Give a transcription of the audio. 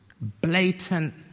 Blatant